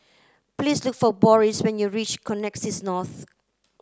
please look for Boris when you reach Connexis North